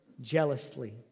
jealously